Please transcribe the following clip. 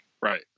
Right